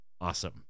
awesome